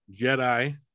Jedi